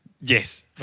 Yes